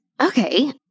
Okay